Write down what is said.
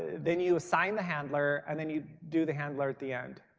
then you assign the handler, and then you do the handler at the end.